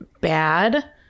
bad